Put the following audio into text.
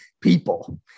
people